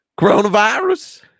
coronavirus